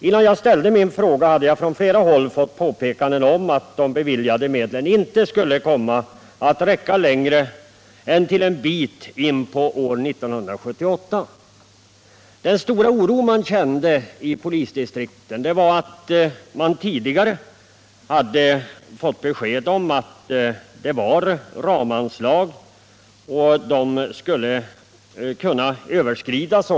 Innan jag ställde min fråga hade jag från flera håll fått påpekanden om att de beviljade medlen inte skulle komma att räcka längre än bara en bit in på år 1978. Den stora oro man kände ute i polisdistrikten berodde på att man där tidigare år hade fått besked om att det var ramanslag och att dessa skulle kunna överskridas.